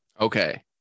Okay